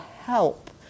help